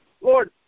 Lord